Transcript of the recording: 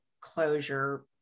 closure